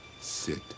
Sit